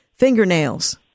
fingernails